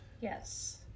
Yes